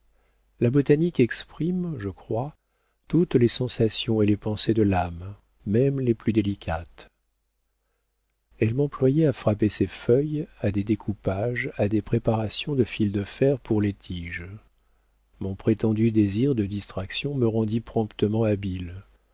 la botanique exprime je crois toutes les sensations et les pensées de l'âme même les plus délicates elle m'employait à frapper ses feuilles à des découpages à des préparations de fil de fer pour les tiges mon prétendu désir de distraction me rendit promptement habile